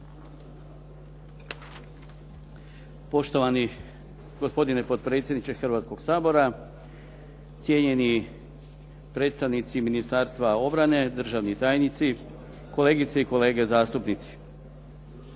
Poštovani gospodine potpredsjedniče Hrvatskoga sabora, cijenjeni predstavnici Ministarstva obrane, državni tajnici, kolegice i kolege zastupnici.